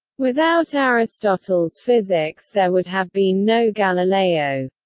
without aristotle's physics there would have been no galileo.